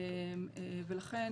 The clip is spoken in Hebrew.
ולכן